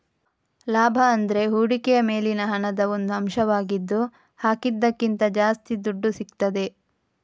ಲಾಭ ಅಂದ್ರೆ ಹೂಡಿಕೆಯ ಮೇಲಿನ ಹಣದ ಒಂದು ಅಂಶವಾಗಿದ್ದು ಹಾಕಿದ್ದಕ್ಕಿಂತ ಜಾಸ್ತಿ ದುಡ್ಡು ಸಿಗ್ತದೆ